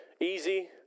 Easy